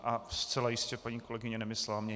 A zcela jistě paní kolegyně nemyslela mě.